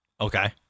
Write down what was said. Okay